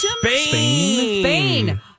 Spain